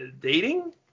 dating